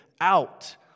out